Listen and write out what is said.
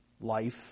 life